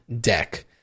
deck